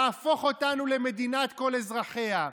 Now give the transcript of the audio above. להפוך אותנו למדינת כל אזרחיה.